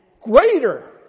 greater